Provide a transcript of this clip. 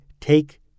take